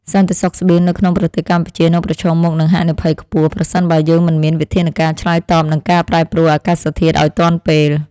សន្តិសុខស្បៀងនៅក្នុងប្រទេសកម្ពុជានឹងប្រឈមមុខនឹងហានិភ័យខ្ពស់ប្រសិនបើយើងមិនមានវិធានការឆ្លើយតបនឹងការ ប្រែប្រួលអាកាសធាតុឱ្យទាន់ពេល។